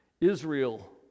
Israel